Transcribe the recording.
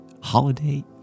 holiday